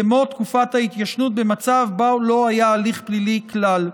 כמו תקופת ההתיישנות במצב שבו לא היה הליך פלילי כלל.